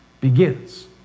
begins